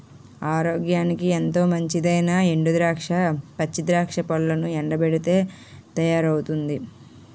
ఆరోగ్యానికి ఎంతో మంచిదైనా ఎండు ద్రాక్ష, పచ్చి ద్రాక్ష పళ్లను ఎండబెట్టితే తయారవుతుంది